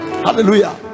hallelujah